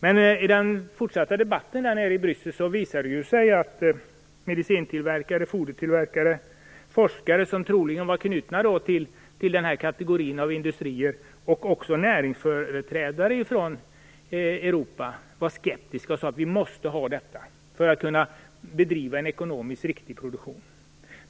I den fortsatta debatten i Bryssel visade det sig att medicintillverkare, fodertillverkare, forskare som troligen var knutna till den här kategorin av industrier och också näringsföreträdare från Europa var skeptiska och sade att det är nödvändigt med antibiotika för att kunna bedriva en ekonomiskt riktig produktion.